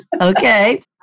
Okay